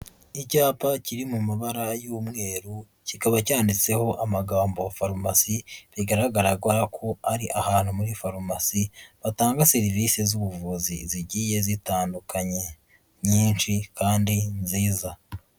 Icyapa kiri mu mabara y'umweru, kikaba cyanditseho amagambo "farumasi", bigaragara ko ari ahantu muri farumasi, batanga serivisi z'ubuvuzi zigiye zitandukanye nyinshi kandi nziza.